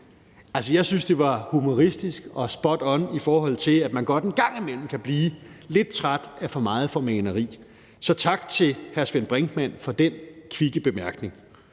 Jeg synes, det var humoristisk og spot on, i forhold til at man godt en gang imellem kan blive lidt træt af for meget formaneri. Så tak til hr. Sven Brinkmann for den kvikke bemærkning.